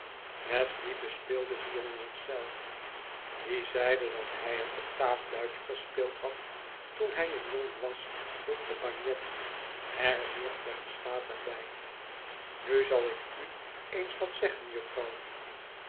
met die bespeelde violoncel die zeide dat hij het octaaffluitje gespeeld had toen hij een jongen was voegde bagnet er zeer plechtstatig bij nu zal ik u eens wat zeggen jufvrouw